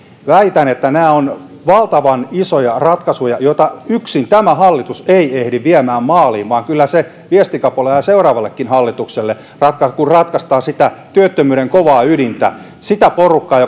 väitän että nämä ovat valtavan isoja ratkaisuja joita yksin tämä hallitus ei ehdi viemään maaliin vaan kyllä se viestikapula jää seuraavallekin hallitukselle kun ratkaistaan sitä työttömyyden kovaa ydintä sen porukan